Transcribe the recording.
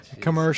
commercial